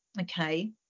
okay